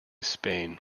spain